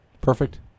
perfect